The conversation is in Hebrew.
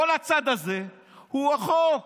כל הצד הזה הוא החוק.